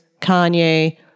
Kanye